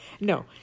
No